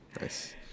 Nice